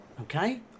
Okay